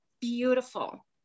beautiful